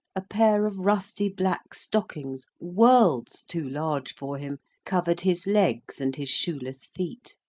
a pair of rusty black stockings, worlds too large for him, covered his legs and his shoeless feet.